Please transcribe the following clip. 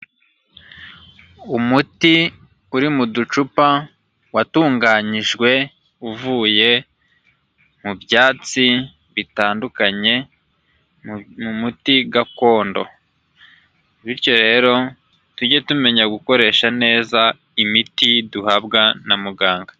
Umuti uri mu ducupa watunganyijwe uvuye mu byatsi bitandukanye mu muti gakondo bityo rero tujye tumenya gukoresha neza imiti duhabwa na muganga.